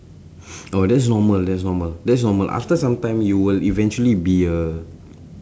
oh that's normal that's normal that's normal after some time you will eventually be a